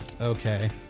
Okay